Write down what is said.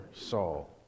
Saul